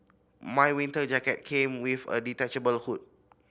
my winter jacket came with a detachable hood